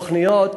תוכניות,